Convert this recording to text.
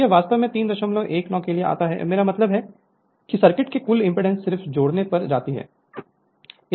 तो यह वास्तव में 319 के लिए आता है मेरा मतलब है कि सर्किट के कुल एमपीडांस सिर्फ जोड़ने पर जाती है